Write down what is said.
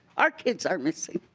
our kids are missing.